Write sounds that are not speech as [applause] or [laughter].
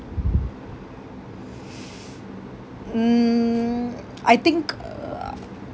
[breath] mm I think [noise]